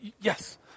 Yes